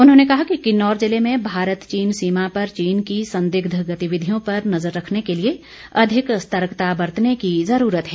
उन्होंने कहा कि किन्नौर जिले में भारत चीन सीमा पर चीन की संदिग्ध गतिविधियों पर नज़र रखने के लिए अधिक सतर्कता बरतने की जरूरत है